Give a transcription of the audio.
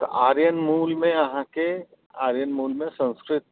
आर्यन मूलमे अहाँके आर्यन मूलमे सँस्कृत